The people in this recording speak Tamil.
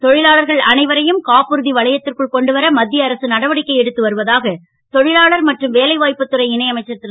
தொ லாளர்கள் அனைவரையும் காப்புறு வளையத் ற்குள் கொண்டு வர மத் ய அரசு நடவடிக்கை எடுத்து வருவதாக தொ லாளர் மற்றும் வேலைவா ப்புத் துறை இணை அமைச்சர் ரு